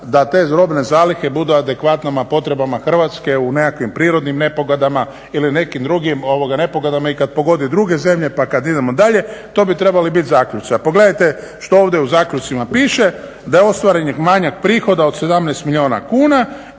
da te robne zalihe budu adekvatne potrebama Hrvatske u nekakvim prirodnim nepogodama ili nekim drugim nepogodama i kad pogodi druge zemlje pa kad idemo dalje, to bi trebali biti zaključci. A pogledajte što ovdje u zaključcima piše, da je ostvaren manjak prihoda od 17 milijuna kuna